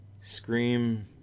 scream